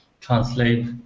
translate